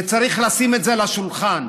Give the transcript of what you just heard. וצריך לשים את זה על השולחן.